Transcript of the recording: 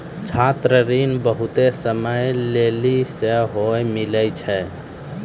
छात्र ऋण बहुते समय लेली सेहो मिलै छै